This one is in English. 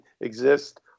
exist